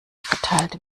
verteilt